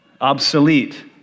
obsolete